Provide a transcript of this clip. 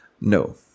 No